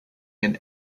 and